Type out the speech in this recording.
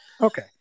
Okay